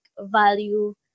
value